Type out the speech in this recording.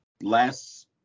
Last